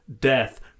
Death